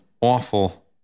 awful